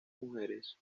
mujeres